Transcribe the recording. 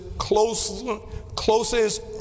closest